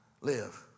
live